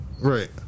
Right